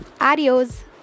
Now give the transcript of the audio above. Adios